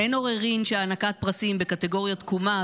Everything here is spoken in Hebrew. אין עוררין שהענקת פרסים בקטגוריית תקומה,